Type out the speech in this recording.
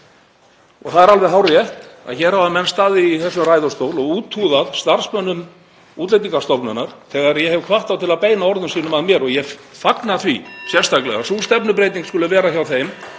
Það er alveg hárrétt að hér hafa menn staðið í þessum ræðustól og úthúðað starfsmönnum Útlendingastofnunar þegar ég hef hvatt þá til að beina orðum sínum að mér. Ég fagna því sérstaklega að sú stefnubreyting skuli vera hjá þeim